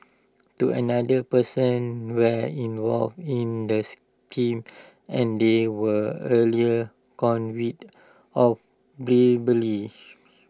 two another persons were involved in the scheme and they were earlier convicted of